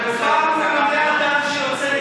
פעם הוא ממנה אדם שיוצא,